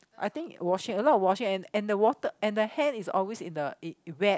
I think washing a lot of washing and and the water and the hand is always in the wet